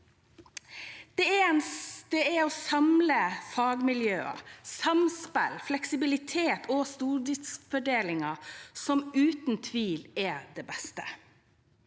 Det er samling av fagmiljøer, samspill, fleksibilitet og stordriftsfordeler som uten tvil er det beste.